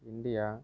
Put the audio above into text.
India